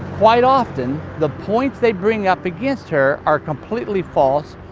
quite often the points they bring up against her are completely false,